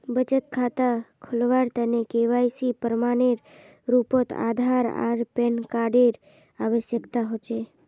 बचत खता खोलावार तने के.वाइ.सी प्रमाण एर रूपोत आधार आर पैन कार्ड एर आवश्यकता होचे